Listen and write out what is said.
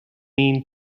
mean